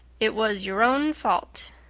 it was your own fault,